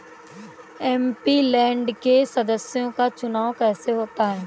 MP land के सदस्यों का चुनाव कैसे होता है?